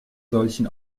solchen